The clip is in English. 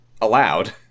allowed